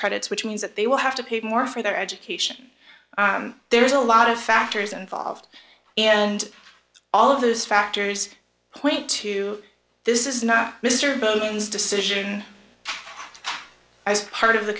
credits which means that they will have to pay more for their education there's a lot of factors involved and all of those factors point to this is not mr billings decision as part of the